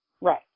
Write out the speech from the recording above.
Right